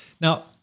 Now